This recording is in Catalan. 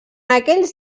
aquells